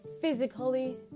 physically